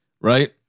Right